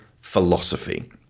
philosophy